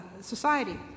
society